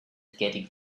getting